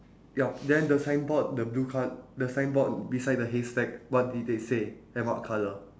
ya then the signboard the blue col~ the signboard beside the haystack what did they say and what colour